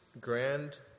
grand